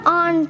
on